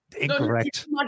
incorrect